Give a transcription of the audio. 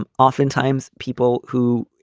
and oftentimes people who,